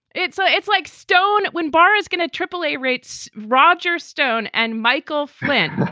it's. so it's like stone when bar is going to tripoli rates. roger stone and michael flynn